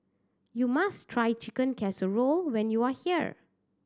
you must try Chicken Casserole when you are here